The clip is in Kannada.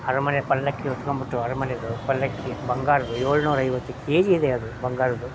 ಅರಮನೆ ಪಲ್ಲಕ್ಕಿ ಹೊತ್ಕೊಂಡ್ಬಿಟ್ಟು ಅರಮನೆದು ಪಲ್ಲಕ್ಕಿ ಬಂಗಾರದ್ದು ಏಳ್ನೂರು ಐವತ್ತು ಕೆ ಜಿ ಇದೆ ಅದು ಬಂಗಾರದ್ದು